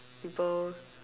people